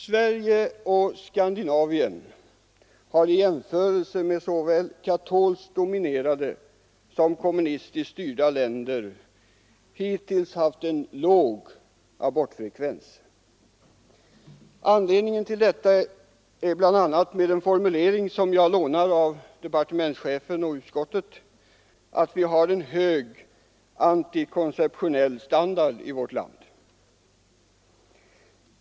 Sverige och Skandinavien har i jämförelse med såväl katolskt dominerade som kommunistiskt styrda länder hittills haft en låg abortfrekvens. Anledningen till detta är bl.a., med en formulering som jag lånar av departementschefen och utskottet, att vi har en hög antikonceptionell standard i vårt land.